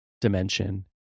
dimension